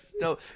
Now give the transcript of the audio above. no